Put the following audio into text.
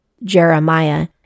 Jeremiah